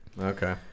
Okay